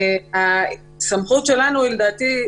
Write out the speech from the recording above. הסמכות שלנו היא לדעתי,